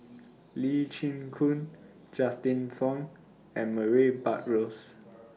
Lee Chin Koon Justin Zhuang and Murray Buttrose